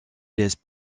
laisse